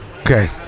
Okay